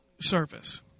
service